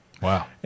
Wow